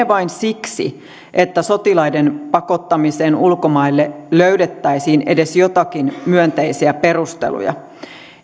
vain siksi että sotilaiden pakottamiseen ulkomaille löydettäisiin edes joitakin myönteisiä perusteluja